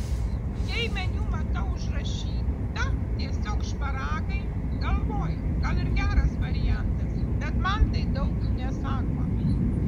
jei meniu matau užrašyta tiesiog šparagai galvoju gal ir geras variantas bet man tai daug nesako